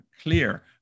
clear